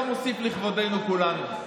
לא מוסיף לכבודנו כולנו.